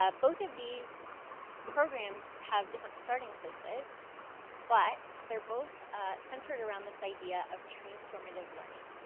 ah both of these programs have different starting places but they're both centered around this idea of transformative learning